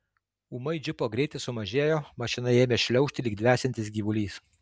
ūmai džipo greitis sumažėjo mašina ėmė šliaužti lyg dvesiantis gyvulys